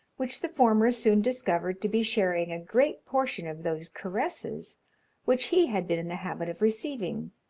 which the former soon discovered to be sharing a great portion of those caresses which he had been in the habit of receiving.